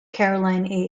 caroline